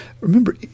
remember